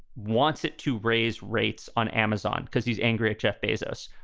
wants it to raise rates on amazon because he's angry at jeff bezos.